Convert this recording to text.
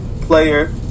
player